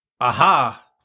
aha